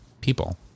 people